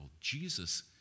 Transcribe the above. Jesus